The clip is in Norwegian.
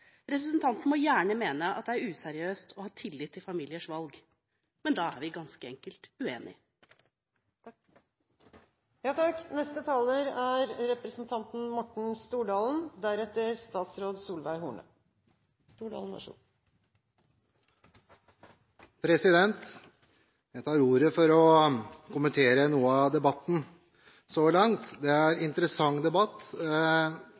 Representanten må gjerne mene at det er useriøst å ha tillit til familiers valg, men da er vi ganske enkelt uenige. Jeg tar ordet for å kommentere noe av debatten så langt. Det er en interessant debatt. Jeg synes det er litt spesielt – jeg